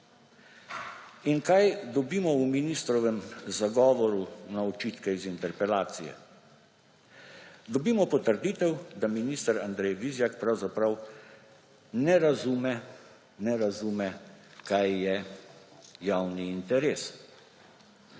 Kaj dobimo v ministrovem zagovoru na očitke iz interpelacije? Dobimo potrditev, da minister Andrej Vizjak pravzaprav ne razume, kaj je javni interes,